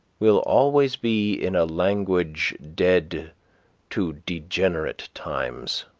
will always be in a language dead to degenerate times